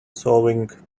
sewing